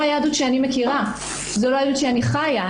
היהדות שאני מכירה וזו לא היהדות שאני חיה.